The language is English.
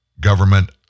government